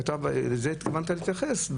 לזה התכוונת להתייחס,